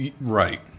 right